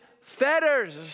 fetters